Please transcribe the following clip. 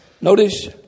Notice